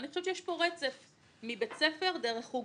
אני חושבת שיש פה רצף מבית ספר דרך חוג